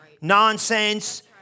nonsense